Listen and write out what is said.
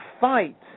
fight